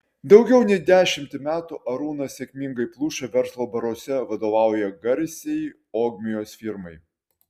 daugiau nei dešimtį metų arūnas sėkmingai pluša verslo baruose vadovauja garsiai ogmios firmai